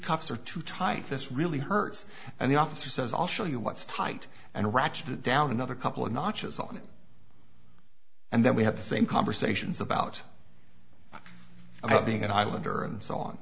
cops are too tight this really hurts and the officer says i'll show you what's tight and ratchet it down another couple of notches on it and then we have the same conversations about i being an islander and so on